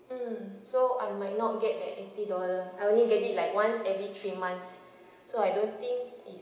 mm so I might not get the eighty dollar I only get it like once every three months so I don't think it's